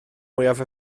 mwyaf